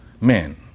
men